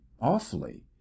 awfully